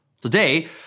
Today